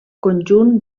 conjunt